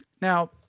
Now